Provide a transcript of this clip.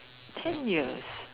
ten years